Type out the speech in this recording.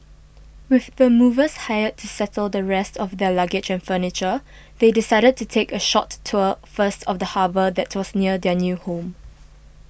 with the movers hired to settle the rest of their luggage and furniture they decided to take a short tour first of the harbour that was near their new home